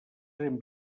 eren